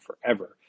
forever